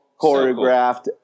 choreographed